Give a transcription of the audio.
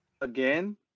again